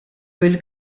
bil